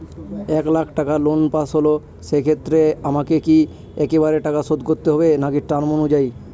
এক লাখ টাকা loan pass হল সেক্ষেত্রে আমাকে কি একবারে টাকা শোধ করতে হবে নাকি টার্ম অনুযায়ী?